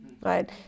right